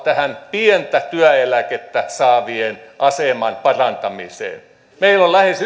pientä työeläkettä saavien aseman parantamiseen meillä on lähes